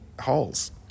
holes